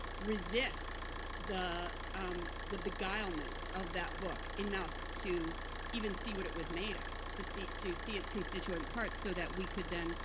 resist the um the beguilement of that book enough to even see what it was made of, to see to see its constituent parts so that we could then